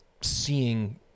seeing